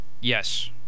Yes